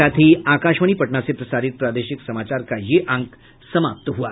इसके साथ ही आकाशवाणी पटना से प्रसारित प्रादेशिक समाचार का ये अंक समाप्त हुआ